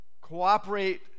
cooperate